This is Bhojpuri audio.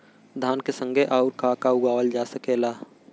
धान के संगे आऊर का का उगावल जा सकेला?